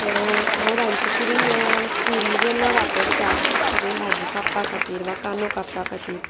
हांव रांदचे कुडीन सुरी जेन्ना वापरता किदेंय भाजी कापपा खातीर वा कानो कापपा खातीर